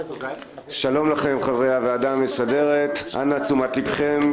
שלום לכם, חברי הוועדה המסדרת, אנא תשומת לבכם.